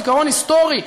זיכרון היסטורי,